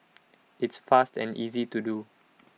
it's fast and easy to do